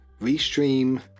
Restream